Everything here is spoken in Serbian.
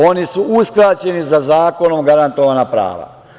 Oni su uskraćeni za zakonom garantovana prava.